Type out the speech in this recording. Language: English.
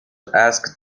ask